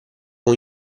con